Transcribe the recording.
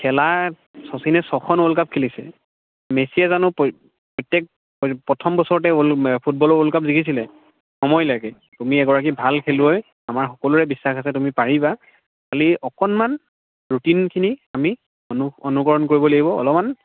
খেলাৰ শচীনে ছয়খন ৱৰ্ল্ড কাপ খেলিছে মেছিয়ে জানো প্ৰত্যেক প্ৰথম বছৰতে ৱল ফুটবলৰ ৱৰ্ল্ড কাপ জিকিছিলে সময় লাগে তুমি এগৰাকী ভাল খেলুৱৈ আমাৰ সকলোৰে বিশ্বাস আছে তুমি পাৰিবা খালী অকণমান ৰুটিনখিনি আমি অনু অনুকৰণ কৰিব লাগিব অলপমান